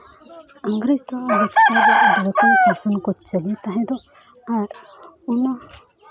ᱤᱝᱨᱮᱡᱽ ᱫᱚ ᱟᱵᱚ ᱪᱮᱛᱟᱱ ᱨᱮ ᱟᱹᱰᱤ ᱨᱚᱠᱚᱢ ᱥᱟᱥᱚᱱ ᱠᱚ ᱪᱟᱹᱞᱩᱭ ᱛᱟᱦᱮᱸ ᱫᱚᱜ ᱟᱨ ᱚᱱᱟ